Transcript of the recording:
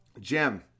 Jim